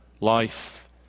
life